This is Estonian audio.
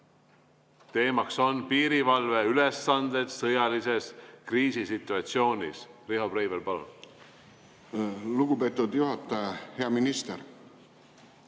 teema on piirivalve ülesanded sõjalises kriisisituatsioonis. Riho Breivel, palun! Lugupeetud juhataja! Hea minister!